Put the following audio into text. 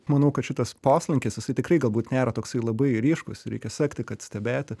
manau kad šitas poslinkis jisai tikrai galbūt nėra toksai labai ryškūs reikia sekti kad stebėti